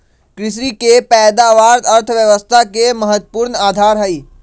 कृषि के पैदावार अर्थव्यवस्था के महत्वपूर्ण आधार हई